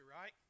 right